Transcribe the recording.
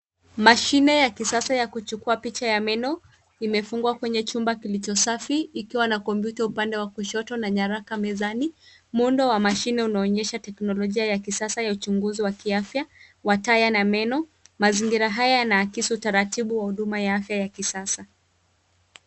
Mashine ya kisasa ya kuchukua picha ya meno imefungwa kwenye chumba kilicho safi ikiwa na kompyuta upande wa kushoto na nyaraka mezani. Muundo wa mashine unaonyesha teknolojia ya kisasa ya uchunguzi wa kiafya wa taya na meno. Mazingira haya yanaakisi utaratibu wa huduma ya kiafya ya kisasa.